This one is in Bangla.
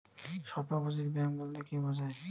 স্বল্প পুঁজির ব্যাঙ্ক বলতে কি বোঝায়?